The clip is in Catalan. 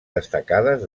destacades